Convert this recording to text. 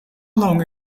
long